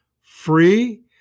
free